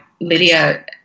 Lydia